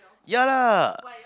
ya lah